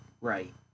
right